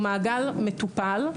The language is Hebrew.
הוא מעגל מטופל.